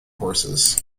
horses